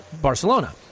Barcelona